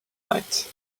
night